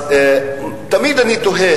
תמיד אני תוהה,